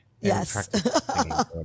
Yes